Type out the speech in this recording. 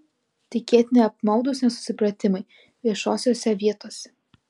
tikėtini apmaudūs nesusipratimai viešosiose vietose